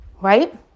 right